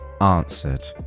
answered